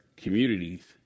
communities